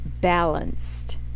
balanced